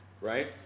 Right